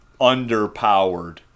underpowered